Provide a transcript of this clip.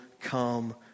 come